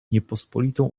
niepospolitą